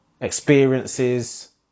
experiences